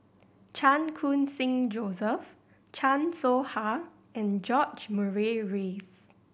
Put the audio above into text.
Chan Khun Sing Joseph Chan Soh Ha and George Murray Reith